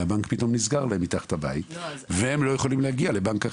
הבנק פתאום נסגר להם מתחת לבית והם לא יכולים להגיע לבנק אחר.